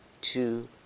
two